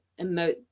emote